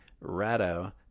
ratto